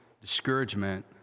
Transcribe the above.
Discouragement